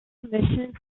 commissions